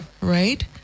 right